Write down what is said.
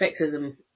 sexism